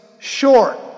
Short